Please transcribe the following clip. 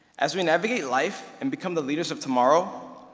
as we navigate life and become the leaders of tomorrow,